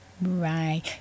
Right